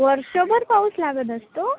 वर्षभर पाऊस लागत असतो